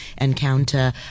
encounter